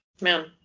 Man